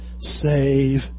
save